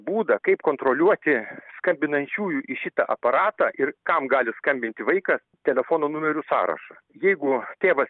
būdą kaip kontroliuoti skambinančiųjų į šitą aparatą ir kam gali skambinti vaika telefono numerių sąrašą jeigu tėva